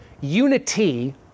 Unity